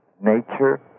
nature